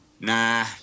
Nah